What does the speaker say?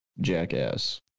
jackass